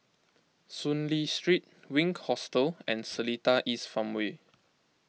Soon Lee Street Wink Hostel and Seletar East Farmway